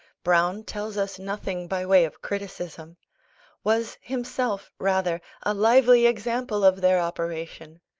browne tells us nothing by way of criticism was himself, rather, a lively example of their operation.